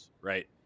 right